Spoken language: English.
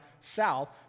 south